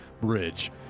Bridge